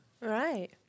right